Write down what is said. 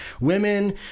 women